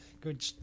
good